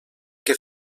que